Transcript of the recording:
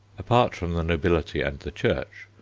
apart from the nobility and the church,